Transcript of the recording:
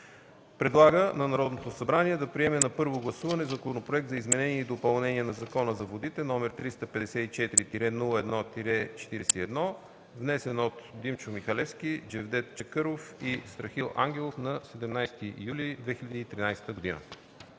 Предлага на Народното събрание да приеме на първо гласуване Законопроект за изменение и допълнение на Закона за водите, № 354-01-41, внесен от Димчо Михалевски, Джевдет Чакъров и Страхил Ангелов на 17 юли 2013 г.”